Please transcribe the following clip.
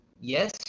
yes